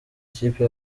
ikipe